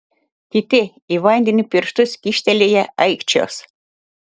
kiti į vandenį pirštus kyštelėję aikčios